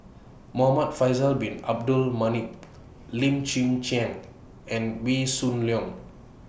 Muhamad Faisal Bin Abdul Manap Lim Chwee Chian and Wee Shoo Leong